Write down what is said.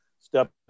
step